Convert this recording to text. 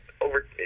over